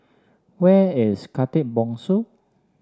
where is Khatib Bongsu